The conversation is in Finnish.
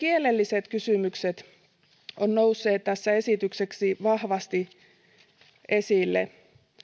kielelliset kysymykset ovat nousseet tässä esityksessä vahvasti esille